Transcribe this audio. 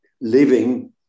living